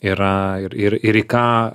yra ir ir ir į ką